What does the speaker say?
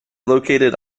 located